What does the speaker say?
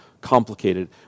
complicated